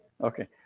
Okay